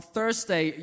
Thursday